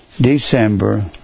December